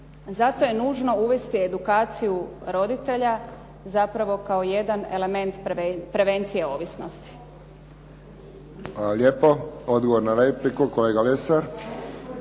Zato je nužno uvesti edukaciju roditelja, zapravo kao jedan element prevencije ovisnosti. **Friščić, Josip (HSS)** Hvala lijepo. Odgovor na repliku, kolega Lesar.